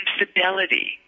infidelity